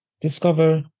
discover